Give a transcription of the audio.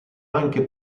anche